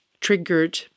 triggered